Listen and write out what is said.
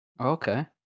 okay